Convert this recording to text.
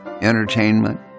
entertainment